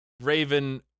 raven